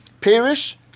Perish